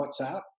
WhatsApp